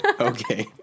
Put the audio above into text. okay